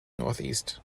northeast